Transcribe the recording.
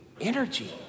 energy